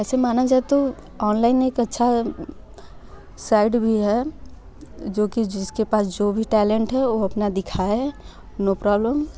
वैसे माना जाए तो ऑनलाईन एक अच्छा साइड भी है जो कि जिसके पास जो भी टैलेंट है वो अपना दिखाय नो प्रोब्लम